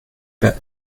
pas